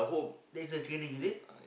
there's a training is it